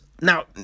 Now